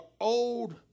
old